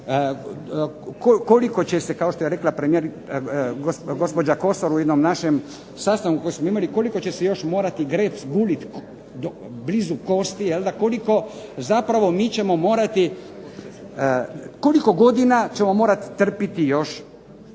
koliko će se kao što je rekla premijerka gospođa Kosor u jednom našem sastanku koji smo imali, koliko će se još morati grepst, gulit blizu kosti, koliko zapravo mi ćemo morati, koliko godina ćemo morat trpiti još